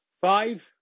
five